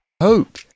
hope